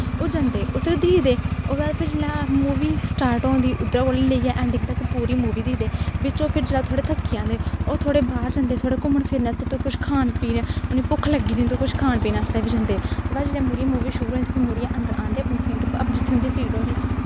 ओह् जंदे उद्धर दिखदे ओह्दे बाद जिसलै मूवी स्टार्ट होंदी उद्धरा कोला दा लेइयै ऐंडिंग तक पूरी मूवी दिखदे बिच्च ओह् जिसलै थोह्ड़े थक्की जंदे ओह् थोह्ड़े बाह्र जंदे घूमन फिरन आस्तै किश खान पीन उ'नेंगी भुक्ख लग्गी दी होंदी किश खान पीन आस्तै बी जंदे बाद च जिसलै मूवी शुरू होई जंदी मुड़ियै अन्दर औंदे जित्थै उंदी सीट होंदी